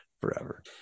forever